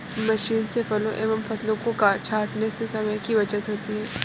machine से फलों एवं फसलों को छाँटने से समय की बचत होती है